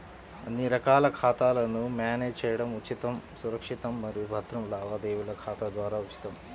అన్ని రకాల ఖాతాలను మ్యానేజ్ చేయడం ఉచితం, సురక్షితం మరియు భద్రం లావాదేవీల ఖాతా ద్వారా ఉచితం